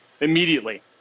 immediately